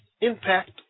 impact